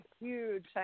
huge